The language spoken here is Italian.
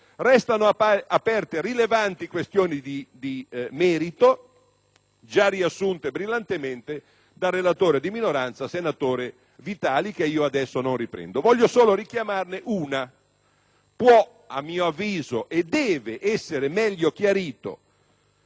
Restano aperte rilevanti questioni di merito, già riassunte brillantemente dal relatore di minoranza, senatore Vitali, che adesso non riprendo. Voglio solo richiamarne una. A mio avviso, può e deve essere meglio chiarito